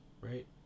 Right